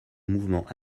mouvement